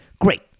great